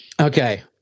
Okay